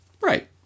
Right